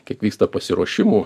kiek vyksta pasiruošimų